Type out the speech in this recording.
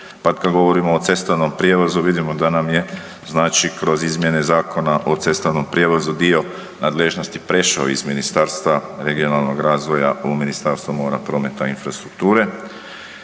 pa kad govorimo o cestovnom prijevozu vidimo da nam je znači kroz izmjene Zakona o cestovnom prijevozu dio nadležnosti prešao iz Ministarstva regionalnog razvoja u Ministarstvo mora, prometa i infrastrukture,